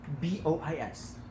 B-O-I-S